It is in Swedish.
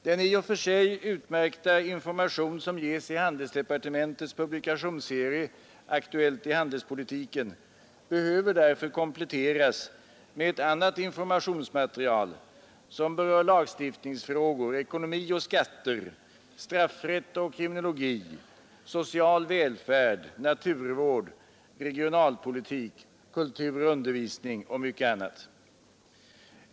Den i och för sig utmärkta information som ges i handelsdepartementets publika tionsserie Aktuellt i handelspolitiken behöver därför kompletteras med annat informationsmaterial, som berör lagstiftningsfrågor, ekonomi och skatter, straffrätt och kriminologi, social välfärd, naturvård, regionalpolitik, kultur och undervisning och mycket annat.